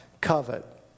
covet